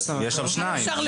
הרי יש שם שניים.